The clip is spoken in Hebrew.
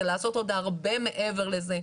זה לעשות עוד הרבה מעבר לזה.